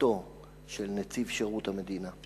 כהונתו של נציב שירות המדינה.